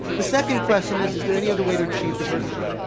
the second question is, is there any other way to achieve diversity?